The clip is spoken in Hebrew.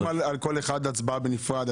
אתם רוצים על כל אחד הצבעה בנפרד,